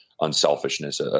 unselfishness